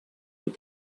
what